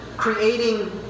Creating